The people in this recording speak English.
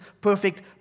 perfect